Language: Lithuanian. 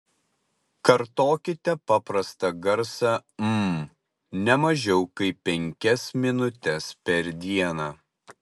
kartokite paprastą garsą m ne mažiau kaip penkias minutes per dieną